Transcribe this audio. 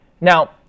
Now